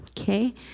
Okay